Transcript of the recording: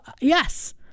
yes